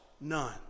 none